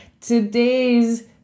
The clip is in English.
Today's